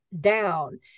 down